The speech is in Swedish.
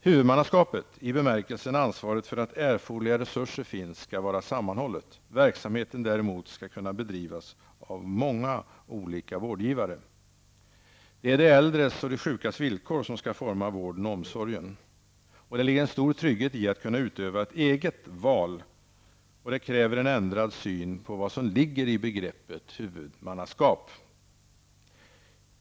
Huvudmannaskapet, i bemärkelsen ansvaret för att erforderliga resurser finns, skall vara sammanhållet. Verksamheten, däremot, skall kunna bedrivas av många olika vårdgivare. Det är de äldres och de sjukas villkor som skall forma vården och omsorgen. Det ligger en stor trygghet i att kunna utöva ett eget val, och det kräver en ändrad syn på vad som ligger i begreppet huvudmannaskap.